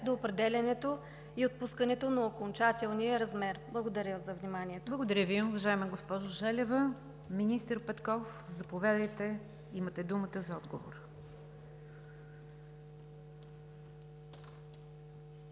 до определянето и отпускането на окончателния размер? Благодаря за вниманието. ПРЕДСЕДАТЕЛ НИГЯР ДЖАФЕР: Благодаря Ви, уважаема госпожо Желева. Министър Петков, заповядайте – имате думата за отговор.